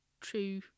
true